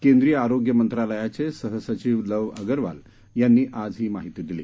केंद्रीय आरोग्य मंत्रालयाचे सह सचीव लव अगरवाल यांनी आज ही माहिती दिली